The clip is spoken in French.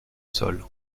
sol